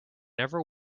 never